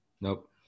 Nope